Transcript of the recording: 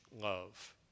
love